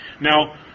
Now